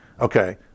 Okay